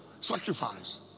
sacrifice